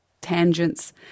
tangents